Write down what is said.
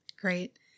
Great